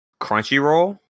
Crunchyroll